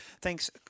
thanks